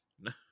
no